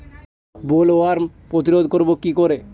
Bollworm প্রতিরোধ করব কি করে?